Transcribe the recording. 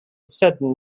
southern